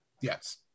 Yes